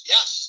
Yes